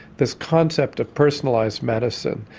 this concept of personalised medicine,